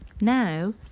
Now